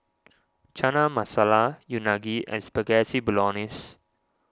Chana Masala Unagi and Spaghetti Bolognese